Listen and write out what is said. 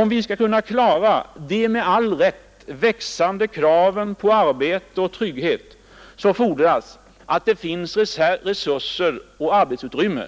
Om vi skall kunna klara de med allt fog växande kraven på rätt till arbete och trygghet fordras det att det finns resurser och arbetsutrymme.